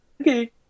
Okay